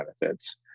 benefits